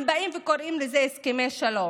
הם באים וקוראים לזה "הסכמי שלום".